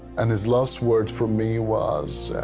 and his last words for me was,